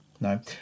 No